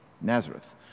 Nazareth